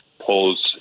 Polls